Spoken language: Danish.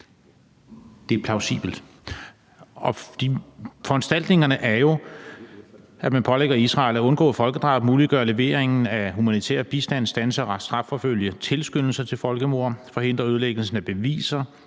Det er plausibelt. Foranstaltningerne er jo, at man pålægger Israel at undgå folkedrab, at muliggøre leveringen af humanitær bistand, at standse og strafforfølge tilskyndelser til folkemord og at forhindre ødelæggelsen af beviser,